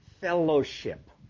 fellowship